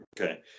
Okay